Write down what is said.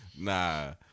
Nah